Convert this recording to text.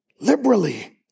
liberally